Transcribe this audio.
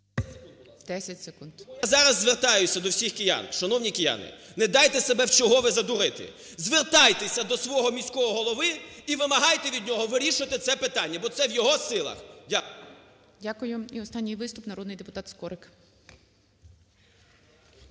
Я зараз звертаюся до всіх киян. Шановні кияни, не дайте себе вчергове задурити, звертайтеся до свого міського голови і вимагайте від нього вирішувати це питання, бо це в його силах. Дякую. ГОЛОВУЮЧИЙ. Дякую. І останній виступ. Народний депутат Скорик.